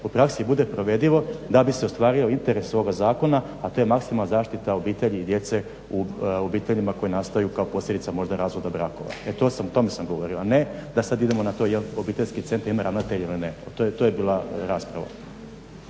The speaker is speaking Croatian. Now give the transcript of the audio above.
po praksi bude provedivo da bi se ostvario interes ovoga zakona, a to je maksimalna zaštita obitelji i djece u obiteljima koje nastaju kao posljedica možda razvoda brakova. O tome sam govorio, a ne da sada idemo na to jel sada obiteljski centri ima ravnatelja ili ne, to je bila rasprava.